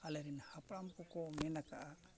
ᱟᱞᱮᱨᱮᱱ ᱦᱟᱯᱲᱟᱢ ᱠᱚᱠᱚ ᱢᱮᱱ ᱟᱠᱟᱫᱼᱟ